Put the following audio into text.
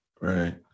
Right